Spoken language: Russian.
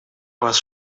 вас